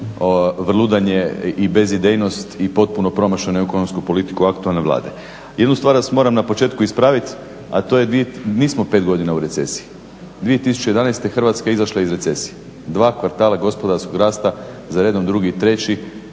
vrludanje i bezidejnost i potpuno promašenu ekonomsku politiku aktualne Vlade. Jednu stvar vas moram na početku ispraviti a to je, nismo 5 godina u recesiji, 2011. Hrvatska je izašla iz recesije, dva kvartala gospodarskog rasta, za redom drugi i treći